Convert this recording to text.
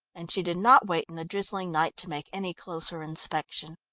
and she did not wait in the drizzling night to make any closer inspection.